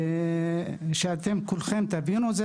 כדי שכולם יבינו.